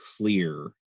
clear